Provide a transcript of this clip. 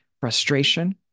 frustration